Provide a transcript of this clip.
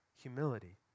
humility